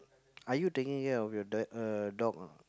are you taking care of your d~ uh dog or not